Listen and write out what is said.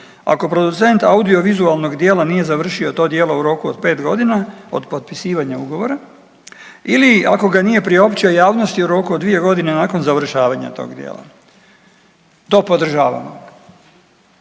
ako producent audio-vizualnog djela nije završio to djelo u roku od 5 godina od potpisivanja ugovora ili ako ga nije priopćio javnosti u roku od 2 godine nakon završavanja tog djela. To podržavamo.